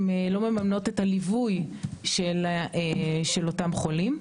הם לא ממנות את הליווי של אותם חולים,